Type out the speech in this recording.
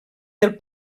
del